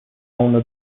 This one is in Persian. اونو